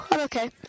Okay